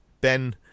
Ben